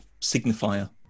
signifier